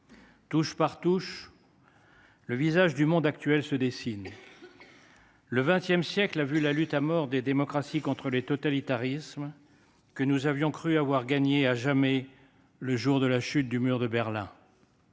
Touche par touche, le visage du monde actuel se dessine. Le XX siècle a vu la lutte à mort des démocraties contre les totalitarismes, que nous avions cru avoir gagnée à jamais le jour de la chute du mur de Berlin.